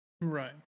Right